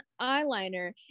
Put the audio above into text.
eyeliner